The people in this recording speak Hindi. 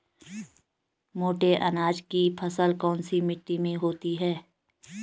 मोटे अनाज की फसल कौन सी मिट्टी में होती है?